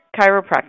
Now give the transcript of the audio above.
chiropractic